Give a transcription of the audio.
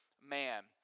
man